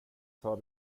tar